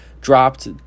dropped